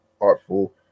artful